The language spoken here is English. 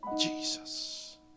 Jesus